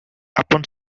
upon